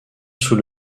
sous